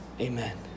Amen